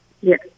Yes